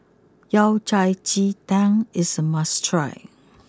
Yao Cai Ji Tang is a must try